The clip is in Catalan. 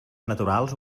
naturals